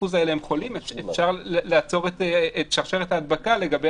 האלה הם חולים אפשר לעצור את שרשרת ההדבקה לגבי